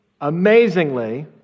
amazingly